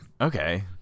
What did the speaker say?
okay